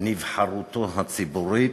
נבחרותו הציבורית.